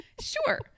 Sure